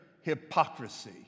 hypocrisy